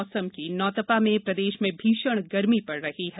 मौसम नौतपा में प्रदश में भीषण गर्मी पड़ रही है